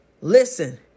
listen